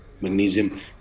magnesium